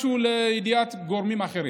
על מנת להביא משהו לידיעת גורמים אחרים.